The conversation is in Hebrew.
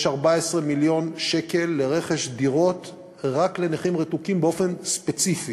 יש 14 מיליון שקל לרכש דירות רק לנכים רתוקים באופן ספציפי.